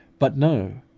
but no!